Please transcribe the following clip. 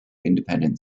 independent